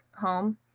home